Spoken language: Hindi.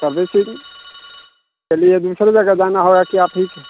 सर्विसिंग चलिए दूसरी जगह जाना होगा कि आप ही के